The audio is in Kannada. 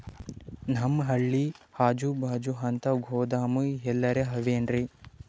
ನಮ್ ಹಳ್ಳಿ ಅಜುಬಾಜು ಅಂತ ಗೋದಾಮ ಎಲ್ಲರೆ ಅವೇನ್ರಿ?